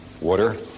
water